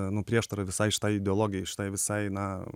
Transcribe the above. nu prieštara visai šitai ideologijai šitai visai na